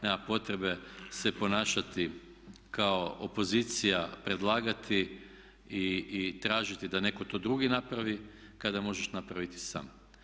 Nema potrebe se ponašati kao opozicija, predlagati i tražiti da netko to drugi napravi kada možeš napraviti sam.